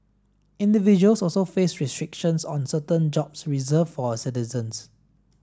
individuals also face restrictions on certain jobs reserved for citizens